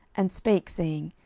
and spake, saying,